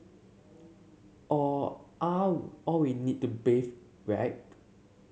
all are all we need to bathe right